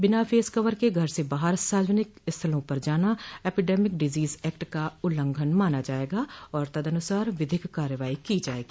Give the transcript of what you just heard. बिना face cover के घर से बाहर सार्वजनिक स्थलों पर जाना एपिडेमिक डिजोज एक्ट का उल्लंघन माना जायेगा और तद्नुसार विधिक कार्रवाई की जायेगी